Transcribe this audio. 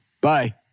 Bye